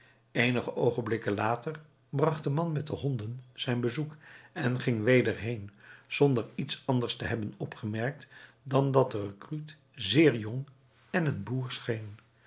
eenige oogenblikken later bracht de man met de honden zijn bezoek en ging weder heen zonder iets anders te hebben opgemerkt dan dat de recruut zeer jong en een boer scheen